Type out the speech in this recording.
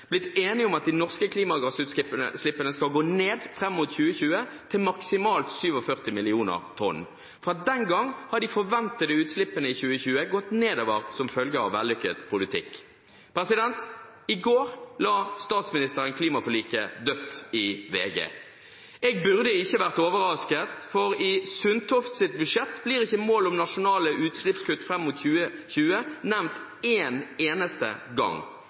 blitt enige om at de norske klimagassutslippene skal gå ned fram mot 2020, til maksimalt 47 millioner tonn. Siden den gang har de forventede utslippene for 2020 gått nedover, som følge av vellykket politikk. I går la statsministeren klimaforliket dødt i VG. Jeg burde ikke være overrasket, for i Sundtofts budsjett blir ikke målet om nasjonale utslippskutt fram mot 2020 nevnt én eneste gang.